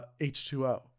H2O